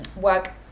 work